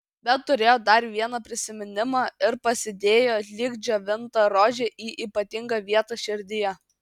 bet turėjo dar vieną prisiminimą ir pasidėjo lyg džiovintą rožę į ypatingą vietą širdyje